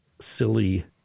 silly